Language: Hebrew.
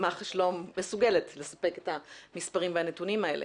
מח"ש לא מסוגלת לספק את המספרים והנתונים האלה,